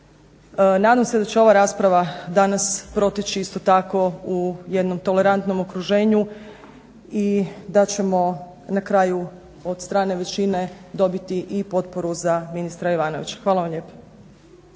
Nadam se da će ova rasprava danas proteći isto tako u jednom tolerantnom okruženju i da ćemo na kraju od strane većine dobiti i potporu za ministra Jovanovića. Hvala vam lijepa.